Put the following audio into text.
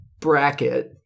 bracket